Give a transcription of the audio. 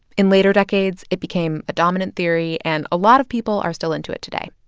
in later decades, it became a dominant theory, and a lot of people are still into it today.